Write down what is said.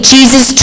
Jesus